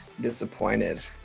disappointed